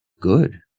good